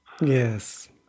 Yes